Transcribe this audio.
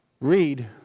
Read